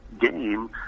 game